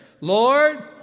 Lord